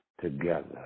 together